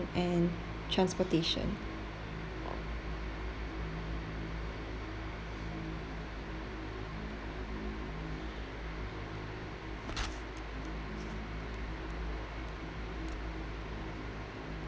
and transportation